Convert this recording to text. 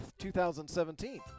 2017